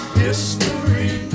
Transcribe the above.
history